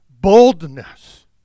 boldness